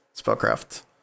Spellcraft